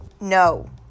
No